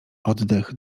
oddech